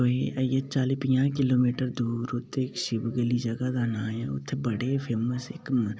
आई गेआ चाली पंजाह् किलोमीटर दूर उत्थै इक्क शिव गली जगह दा नांऽ ते उत्थै बड़े फेमस न